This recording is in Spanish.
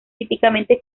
típicamente